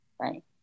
right